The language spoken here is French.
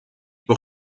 pour